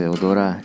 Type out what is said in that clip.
Odora